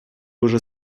уже